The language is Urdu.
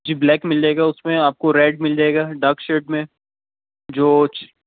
جی بلیک مل جائے گا اس میں آپ کو ریڈ مل جائے گا ڈارک شیڈ میں جو